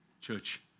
church